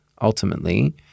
ultimately